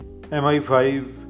MI5